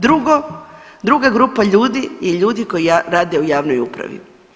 Drugo, druga grupa ljudi je ljudi koji rade u javnoj upravi.